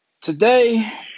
today